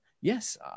Yes